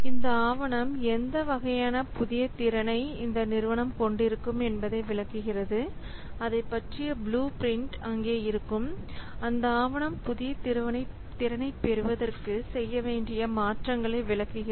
இந்த ஆவணம் எந்த வகையான புதிய திறனை இந்த நிறுவனம் கொண்டிருக்கும் என்பதை விளக்குகிறது அதைப்பற்றிய ப்ளூ பிரிண்ட் அங்கே இருக்கும் இந்த ஆவணம் புதிய திறனை பெறுவதற்கு செய்ய வேண்டிய மாற்றங்களை விளக்குகிறது